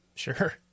Sure